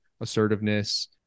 assertiveness